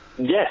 Yes